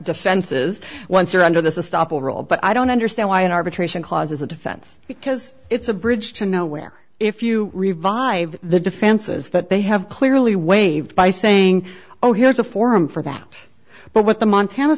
defenses once or under the stop over all but i don't understand why an arbitration clause is a defense because it's a bridge to nowhere if you revive the defenses that they have clearly waived by saying oh here's a forum for that but what the montana